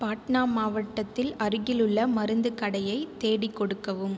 பாட்னா மாவட்டத்தில் அருகிலுள்ள மருந்துக் கடையை தேடிக் கொடுக்கவும்